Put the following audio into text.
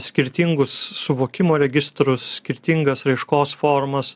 skirtingus suvokimo registrus skirtingas raiškos formas